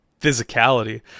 physicality